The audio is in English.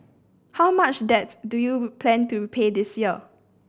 how much debts do you plan to repay this year